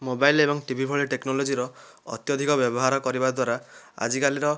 mobile ଏବଂ TV ଭଳି technology ର ଅତ୍ୟଧିକ ବ୍ୟବହାର କରିବାଦ୍ୱାରା ଆଜିକାଲିର